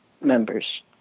members